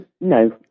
No